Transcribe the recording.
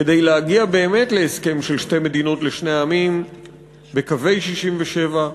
כדי להגיע באמת להסכם של שתי מדינות לשני עמים בקווי 67',